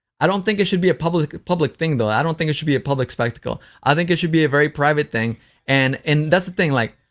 i don't think it should be a public public thing, though. i don't think it should be a public spectacle. i think it should be a very private thing and and that's the thing, like,